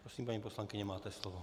Prosím, paní poslankyně, máte slovo.